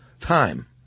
time